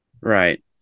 Right